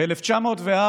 ב-1904